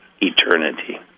eternity